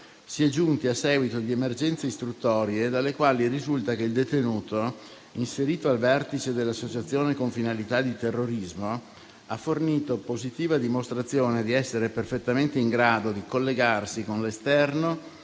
si è giunti a seguito di emergenze istruttorie dalle quali risulta che il detenuto, inserito al vertice dell'associazione con finalità di terrorismo, ha fornito positiva dimostrazione di essere perfettamente in grado di collegarsi con l'esterno,